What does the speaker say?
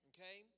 Okay